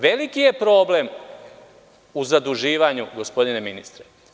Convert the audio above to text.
Veliki je problem u zaduživanju gospodine ministre.